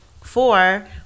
Four